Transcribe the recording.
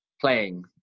playing